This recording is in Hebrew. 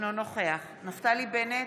אינו נוכח נפתלי בנט,